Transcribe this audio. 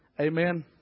Amen